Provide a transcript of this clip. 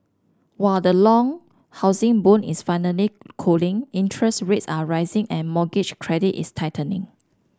while the long housing boom is finally cooling interest rates are rising and mortgage credit is tightening